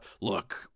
look